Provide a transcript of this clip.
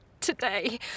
today